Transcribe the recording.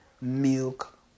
milk